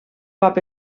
cop